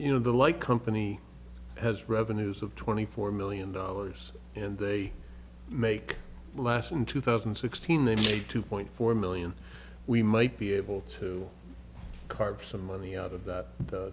you know the like company has revenues of twenty four million dollars and they make last in two thousand and sixteen they paid two point four million we might be able to carve some money out of that